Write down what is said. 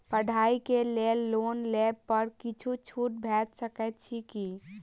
पढ़ाई केँ लेल लोन लेबऽ पर किछ छुट भैट सकैत अछि की?